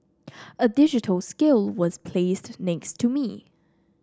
a digital scale was placed next to me